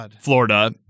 Florida